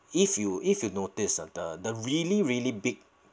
if you if you notice of the the really really big